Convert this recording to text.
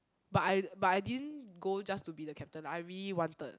but I but I didn't go just to be the captain I really wanted